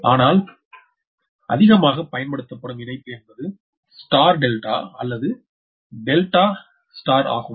ஆனால் அதிகமாக பயன்படுத்தப்படும் இணைப்பு என்பது ஸ்டார் டெல்டா அல்லது டெல்டா ஸ்டார் ஆகும்